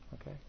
okay